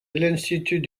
l’institut